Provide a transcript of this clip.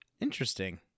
Interesting